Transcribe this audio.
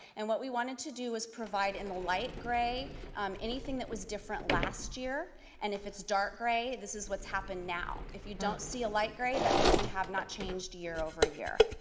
and what we wanted to do is provide in light gray anything that was different last year and if it's dark gray, this is what's happened now. if you don't see a light gray, that means we have not changed year over year.